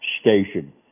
station